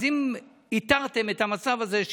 אז התרתם את המצב הזה,